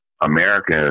america